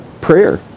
Prayer